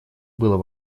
был